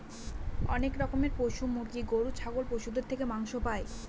অনেক রকমের পশু মুরগি, গরু, ছাগল পশুদের থেকে মাংস পাই